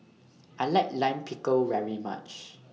I like Lime Pickle very much